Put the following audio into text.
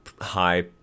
high